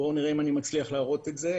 בואו נראה אם אני מצליח להראות את זה.